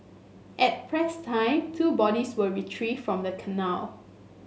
at press time two bodies were retrieved from the canal